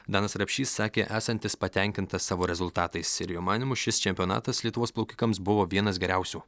danas rapšys sakė esantis patenkintas savo rezultatais ir jo manymu šis čempionatas lietuvos plaukikams buvo vienas geriausių